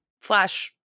flash